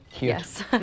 Yes